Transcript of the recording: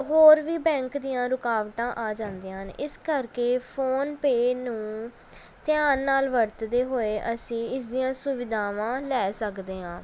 ਹੋਰ ਵੀ ਬੈਂਕ ਦੀਆਂ ਰੁਕਾਵਟਾਂ ਆ ਜਾਂਦੀਆਂ ਹਨ ਇਸ ਕਰਕੇ ਫ਼ੋਨਪੇ ਨੂੰ ਧਿਆਨ ਨਾਲ ਵਰਤਦੇ ਹੋਏ ਅਸੀਂ ਇਸ ਦੀਆਂ ਸੁਵਿਧਾਵਾਂ ਲੈ ਸਕਦੇ ਹਾਂ